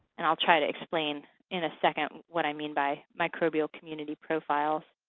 and i'll try to explain in a second what i mean by microbial community profiles.